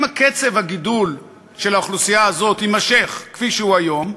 אם קצב הגידול של האוכלוסייה הזאת יימשך כפי שהוא היום,